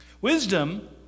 Wisdom